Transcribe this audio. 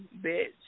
bitch